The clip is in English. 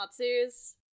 matsus